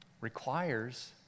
requires